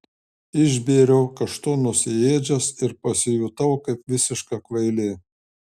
išbėriau kaštonus į ėdžias ir pasijutau kaip visiška kvailė